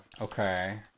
Okay